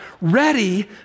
ready